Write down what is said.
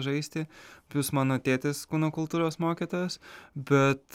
žaisti plius mano tėtis kūno kultūros mokytojas bet